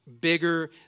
bigger